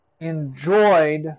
enjoyed